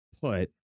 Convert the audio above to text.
put